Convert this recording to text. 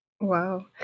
Wow